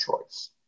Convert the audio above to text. choice